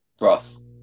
Ross